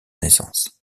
naissance